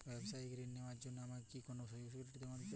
ব্যাবসায়িক ঋণ নেওয়ার জন্য আমাকে কি কোনো সিকিউরিটি জমা করতে হবে?